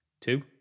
two